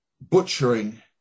butchering